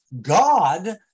God